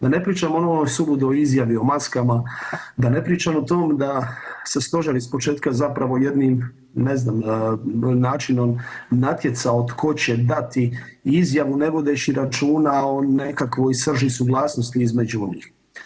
Da ne pričam o onoj suludoj izjavi o maskama, da ne pričam o tome da se stožer ispočetka zapravo jednim ne znam načinom natjecao tko će dati izjavu ne vodeći računa o nekakvoj srži suglasnosti između njih.